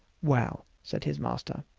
well, said his master,